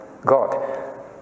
God